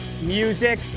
music